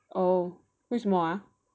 oh 为什么 ah